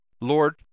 Lord